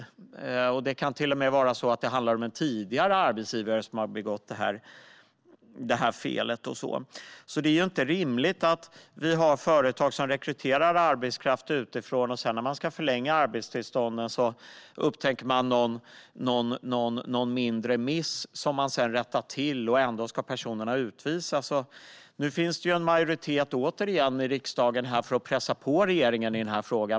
Det kan till och med handla om att det är en tidigare arbetsgivare som har begått felet. Det är inte rimligt att vi har företag som rekryterar arbetskraft utifrån och som sedan, när de ska förlänga arbetstillstånden upptäcker någon mindre miss som de rättar till, ändå riskerar att dessa personer utvisas. Nu finns det återigen en majoritet i riksdagen för att pressa på regeringen i denna fråga.